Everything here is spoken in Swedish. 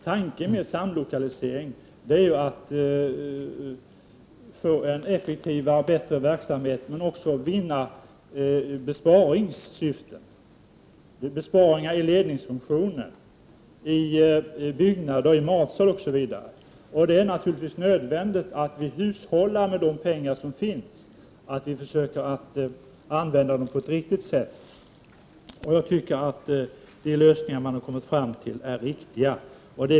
Tanken med samlokalisering är att få en effektivare och bättre verksamhet, men också att uppnå besparingssyften, dvs. besparingar i ledningsfunktionen, byggnader, matsal osv. Det är naturligtvis nödvändigt att vi hushåller med de pengar som finns och att vi försöker använda dem på ett riktigt sätt. Jag tycker att de lösningar som man har kommit fram till är riktiga.